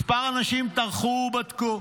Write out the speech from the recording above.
מספר אנשים טרחו ובדקו,